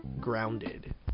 grounded